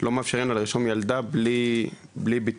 לא מאפשרים לה לרשום ילדה בלי ביטוח,